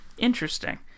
Interesting